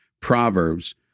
Proverbs